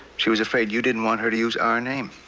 she was afraid you didn't want her to use our name.